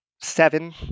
seven